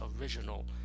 original